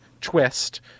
twist